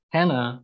Hannah